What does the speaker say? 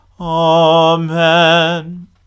Amen